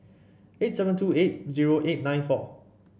eight seven two eight zero eight nine four